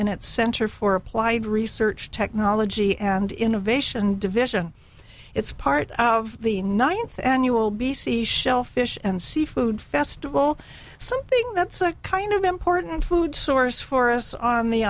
in its center for applied research technology and innovation division it's part of the ninth annual b c shell fish and seafood festival something that's a kind of important food source for us on the